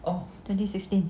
twenty sixteen